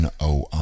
NOI